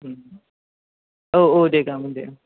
औ औ दे जागोन दे